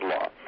law